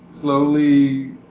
slowly